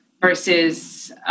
versus